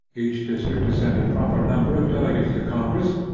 each district to send a proper number of delegates to congress,